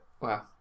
Wow